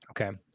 Okay